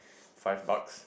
five bucks